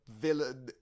villain